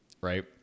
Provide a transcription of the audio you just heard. right